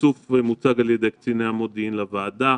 והאיסוף מוצג על ידי קציני המודיעין לוועדה.